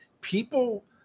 people